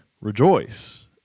rejoice